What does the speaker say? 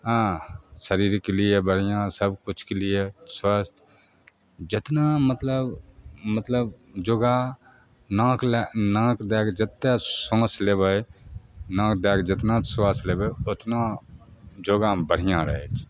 हँ शरीरके लिए बढ़िआँ सबकिछुके लिए स्वस्थ जतना मतलब मतलब योगा नाक लै नाक दैके जतेक साँस लेबै नाक दैके जतना साँस लेबै ओतना योगामे बढ़िआँ रहै छै